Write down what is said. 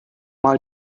mal